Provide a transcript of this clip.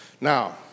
Now